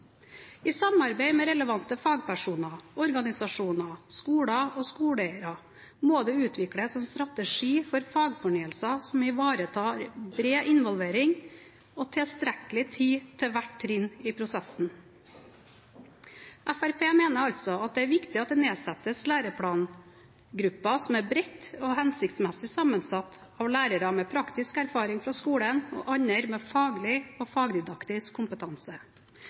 I samarbeid med relevante fagpersoner, organisasjoner, skoler og skoleeiere må det utvikles en strategi for fagfornyelsen som ivaretar bred involvering og tilstrekkelig tid til hvert trinn i prosessen. Fremskrittspartiet mener at det er viktig at det nedsettes læreplangrupper som er bredt og hensiktsmessig sammensatt av lærere med praktisk erfaring fra skolen og andre med faglig og fagdidaktisk kompetanse.